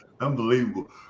Unbelievable